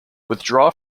withdrawal